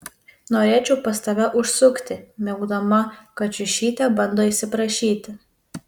norėčiau pas tave užsukti miaukdama kačiušytė bando įsiprašyti